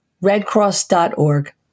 redcross.org